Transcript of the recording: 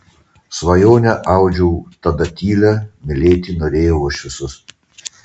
svajonę audžiau tada tylią mylėti norėjau aš visus